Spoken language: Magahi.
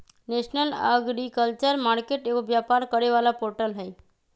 नेशनल अगरिकल्चर मार्केट एगो व्यापार करे वाला पोर्टल हई